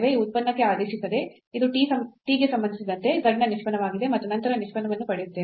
ಈ ಉತ್ಪನ್ನಕ್ಕೆ ಆದೇಶಿಸದೆ ಇದು t ಗೆ ಸಂಬಂಧಿಸಿದಂತೆ z ನ ನಿಷ್ಪನ್ನವಾಗಿದೆ ಮತ್ತು ನಂತರ ನಿಷ್ಪನ್ನವನ್ನು ಪಡೆಯುತ್ತೇವೆ